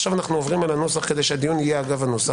עכשיו עוברים על הנוסח כדי שהדיון יהיה אגב הנוסח.